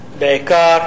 בעיקר